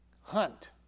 hunt